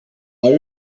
are